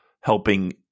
helping